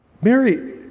Mary